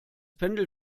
pendel